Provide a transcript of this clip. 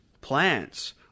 plants